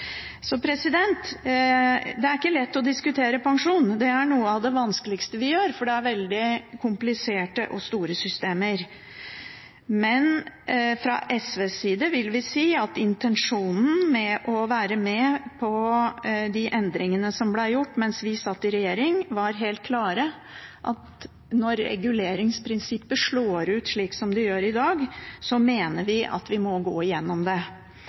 Så det er ikke lett å diskutere pensjon, det er noe av det vanskeligste vi gjør, for det er veldig kompliserte og store systemer. Men fra SVs side vil vi si at intensjonen med å være med på de endringene som ble gjort mens vi satt i regjering, var helt klar: Når reguleringsprinsippet slår ut slik som det gjør i dag, mener vi at vi må gå igjennom det.